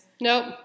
Nope